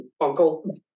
uncle